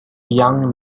young